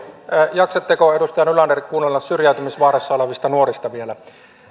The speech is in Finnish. jaksatteko edustaja nylander kuunnella syrjäytymisvaarassa olevista nuorista vielä